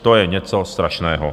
To je něco strašného.